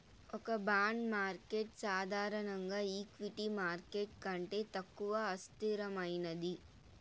ఒక bond market సాధారణంగా equity market కంటే తక్కువ అస్థిరమైనది